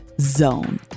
.zone